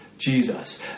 Jesus